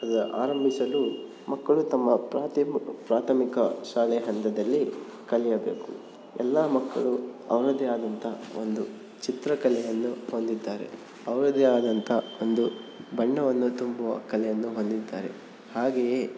ಅದು ಆರಂಭಿಸಲು ಮಕ್ಕಳು ತಮ್ಮ ಪ್ರಾಥಮ್ ಪ್ರಾಥಮಿಕ ಶಾಲೆ ಹಂತದಲ್ಲಿ ಕಲಿಯಬೇಕು ಎಲ್ಲ ಮಕ್ಕಳು ಅವರದೇ ಆದಂಥ ಒಂದು ಚಿತ್ರಕಲೆಯನ್ನು ಹೊಂದಿದ್ದಾರೆ ಅವರದೇ ಆದಂಥ ಒಂದು ಬಣ್ಣವನ್ನು ತುಂಬುವ ಕಲೆಯನ್ನು ಹೊಂದಿದ್ದಾರೆ ಹಾಗೆಯೇ